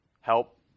Help